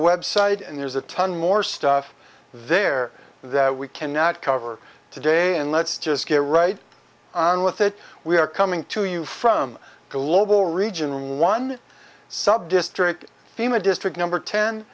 website and there's a ton more stuff there that we cannot cover today and let's just get right on with it we are coming to you from global region one subdistrict fema district number ten